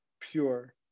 pure